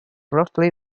roughly